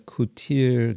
Kutir